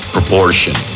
Proportion